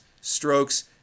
strokes